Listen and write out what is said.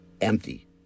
empty